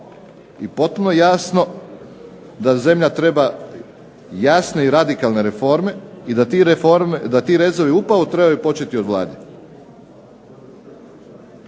i potpuno je jasno da zemlja treba jasne i radikalne reforme i da ti rezovi upravo trebaju početi od Vlade.